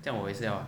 这样我也是要